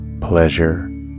pleasure